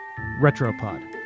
Retropod